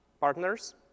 partners